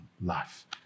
life